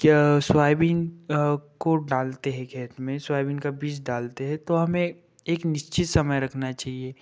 क्या सौयबीन को डालते हैं खेत में सौयबीन का बीज डालते हैं तो हमें एक एक निश्चित समय रखना चाहिए